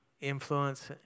influence